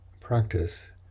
practice